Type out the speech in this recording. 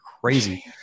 crazy